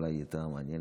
אולי היא הייתה מעניינת.